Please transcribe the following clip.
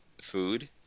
food